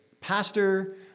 pastor